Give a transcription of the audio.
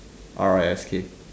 R I S K